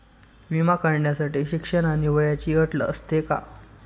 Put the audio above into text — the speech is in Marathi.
विमा काढण्यासाठी शिक्षण आणि वयाची अट असते का?